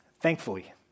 Thankfully